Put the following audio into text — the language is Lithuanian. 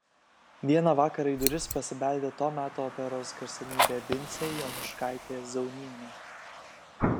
vieną vakarą į duris pasibeldė to meto operos garsenybė vincė jonuškaitė zaunienė